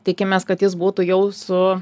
tikimės kad jis būtų jau su